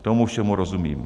Tomu všemu rozumím.